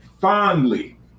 fondly